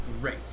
great